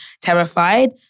terrified